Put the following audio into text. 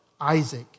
Isaac